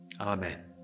Amen